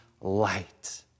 light